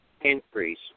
increase